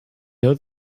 know